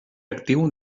actiu